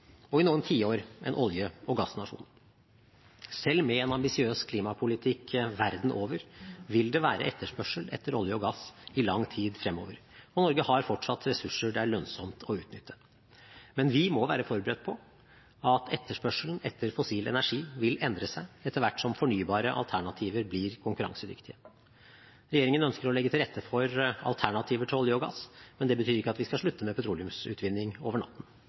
og i noen tiår en olje- og gassnasjon. Selv med en ambisiøs klimapolitikk verden over vil det være etterspørsel etter olje og gass i lang tid fremover, og Norge har fortsatt ressurser det er lønnsomt å utnytte. Men vi må være forberedt på at etterspørselen etter fossil energi vil endre seg etter hvert som fornybare alternativer blir konkurransedyktige. Regjeringen ønsker å legge til rette for alternativer til olje og gass, men det betyr ikke at vi skal slutte med petroleumsutvinning over natten.